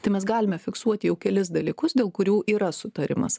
tai mes galime fiksuoti jau kelis dalykus dėl kurių yra sutarimas